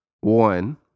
One